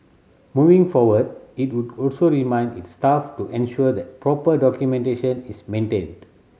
moving forward it would also remind its staff to ensure that proper documentation is maintained